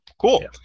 Cool